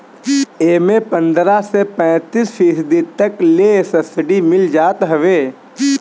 एमे पन्द्रह से पैंतीस फीसदी तक ले सब्सिडी मिल जात हवे